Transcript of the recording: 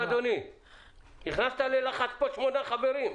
עליו מדובר בימים האחרונים.